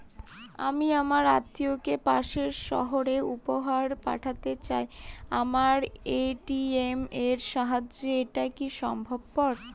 আমি আমার আত্মিয়কে পাশের সহরে উপহার পাঠাতে চাই আমার এ.টি.এম এর সাহায্যে এটাকি সম্ভবপর?